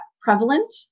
prevalent